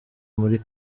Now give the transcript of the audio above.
muri